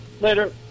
Later